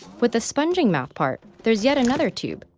with the sponging mouthpart, there's yet another tube,